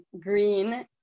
green